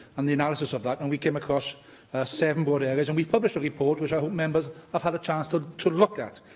and the analysis of that, and we came across seven broad areas. and we've published a report, which i hope members have had a chance to to look at.